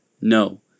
No